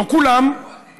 לא כולם,